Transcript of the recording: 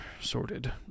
sorted